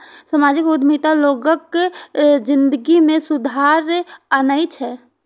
सामाजिक उद्यमिता लोगक जिनगी मे सुधार आनै छै